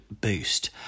boost